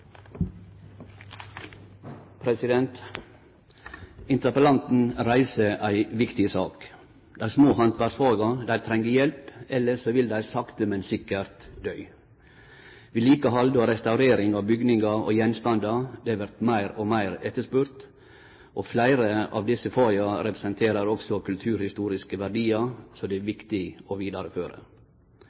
Interpellanten reiser ei viktig sak. Dei små handverksfaga treng hjelp, elles vil dei sakte, men sikkert døy. Vedlikehald og restaurering av bygningar og gjenstandar vert meir og meir etterspurt. Fleire av desse faga representerer òg kulturhistoriske verdiar som det er viktig å vidareføre.